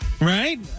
Right